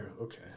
Okay